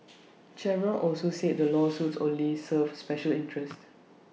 Chevron also said the lawsuits only serve special interests